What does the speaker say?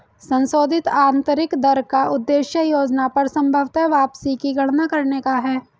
संशोधित आंतरिक दर का उद्देश्य योजना पर संभवत वापसी की गणना करने का है